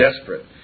desperate